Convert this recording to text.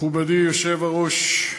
מכובדי היושב-ראש,